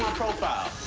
profile.